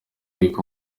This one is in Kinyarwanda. gutwita